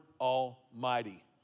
Almighty